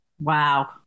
Wow